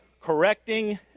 correcting